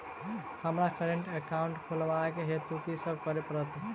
हमरा current account खोलेवाक हेतु की सब करऽ पड़त?